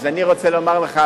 אז אני רוצה לומר לך,